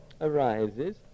arises